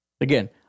again